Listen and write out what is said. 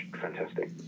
fantastic